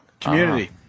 Community